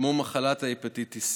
כמו מחלת ההפטיטיס